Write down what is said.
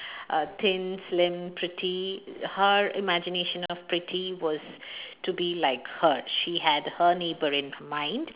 uh thin slim pretty her imagination of pretty was to be like her she had her neighbour in her mind